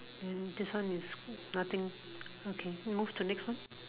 then this one is nothing okay move to next one